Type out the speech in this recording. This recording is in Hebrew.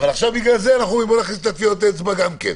אבל עכשיו לכן אומרים: בואו נכניס את טביעות האצבע גם כן.